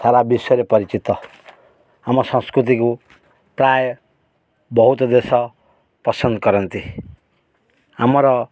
ସାରା ବିଶ୍ୱରେ ପରିଚିତ ଆମ ସଂସ୍କୃତିକୁ ପ୍ରାୟ ବହୁତ ଦେଶ ପସନ୍ଦ କରନ୍ତି ଆମର